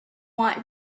want